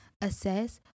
assess